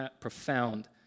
profound